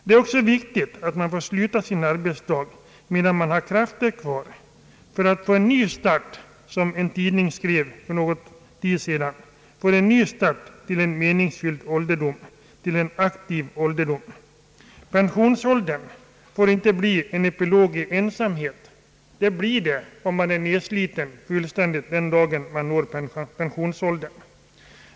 Det är också viktigt att man får sluta sin arbetsdag medan man har krafter kvar — för att få en ny start till en meningsfylld ålderdom, till en aktiv ålderdom, som en tidning skrev. Pensionsåldern får inte bli en epilog i ensamhet. Det blir den om man är fullständigt nedsliten den dag man når pensionsåldern.